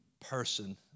person